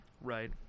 right